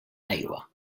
aigua